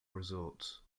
resorts